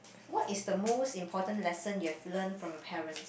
what is the most important lesson you have learn from your parent